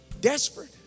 Desperate